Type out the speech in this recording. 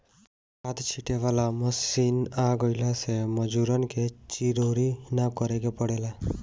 खाद छींटे वाला मशीन आ गइला से मजूरन के चिरौरी ना करे के पड़ेला